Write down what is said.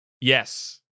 Yes